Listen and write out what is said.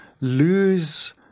lose